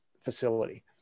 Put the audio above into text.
facility